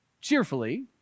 cheerfully